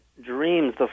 dreams